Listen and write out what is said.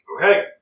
Okay